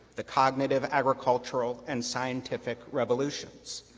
the cognitive, agricultural and scientific revolutions.